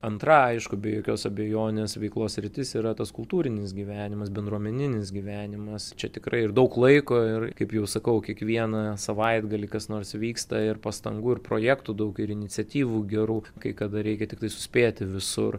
antra aišku be jokios abejonės veiklos sritis yra tas kultūrinis gyvenimas bendruomeninis gyvenimas čia tikrai ir daug laiko ir kaip jau sakau kiekvieną savaitgalį kas nors vyksta ir pastangų ir projektų daug ir iniciatyvų gerų kai kada reikia tiktai suspėti visur